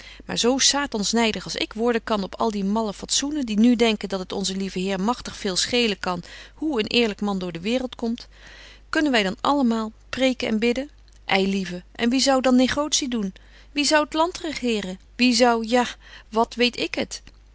maar zo satans nydig als ik worden kan op die malle fatsoenen die nu denken dat het onzen lieven heer magtig veel schelen kan hoe een eerlyk man door de waereld komt kunnen wy dan allemaal preken en bidden ei lieve en wie zou dan negotie doen wie zou t land regeren wie zou betje wolff en aagje deken historie van mejuffrouw sara burgerhart ja wat weet ik het